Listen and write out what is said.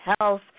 health